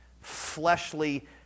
fleshly